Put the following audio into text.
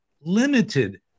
limited